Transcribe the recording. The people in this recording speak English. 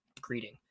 greeting